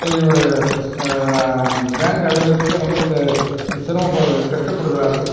போய் பேங்க்கை அணுகிறதுக்கே ரொம்ப சிரமப்படு கஷ்டப்படுகிறார்கள்